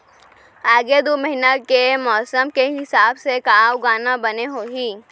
आगे दू महीना के मौसम के हिसाब से का उगाना बने होही?